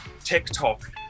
TikTok